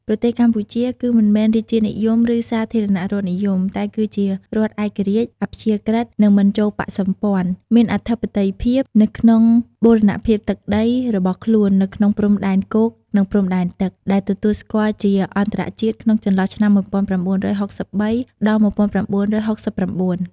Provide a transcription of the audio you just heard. ប្រទេសកម្ពុជា គឺមិនមែនរាជានិយម ឬសាធារណរដ្ឋនិយម តែគឺជារដ្ឋឯករាជ្យ អព្យាក្រឹត និងមិនចូលបក្សសម្ព័ន្ធ មានអធិបតេយ្យភាពនៅក្នុងបូរណភាពទឹកដីរបស់ខ្លួននៅក្នុងព្រំដែនគោក និងព្រំដែនទឹក ដែលទទួលស្គាល់ជាអន្តរជាតិក្នុងចន្លោះឆ្នាំ១៩៦៣-១៩៦៩។